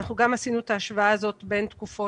אנחנו גם עשינו את ההשוואה הזאת בין תקופות